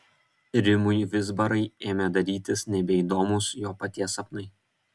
rimui vizbarai ėmė darytis nebeįdomūs jo paties sapnai